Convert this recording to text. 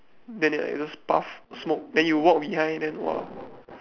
then they like those puff smoke then you walk behind then !wah!